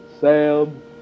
Sam